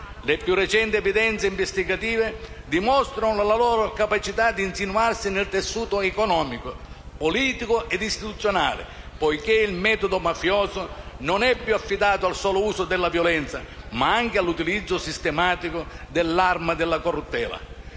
Le più recenti evidenze investigative dimostrano la loro capacità di insinuarsi nel tessuto economico, politico e istituzionale, poiché il metodo mafioso non è più affidato al solo uso della violenza, ma anche all'utilizzo sistematico dell'arma della corruttela.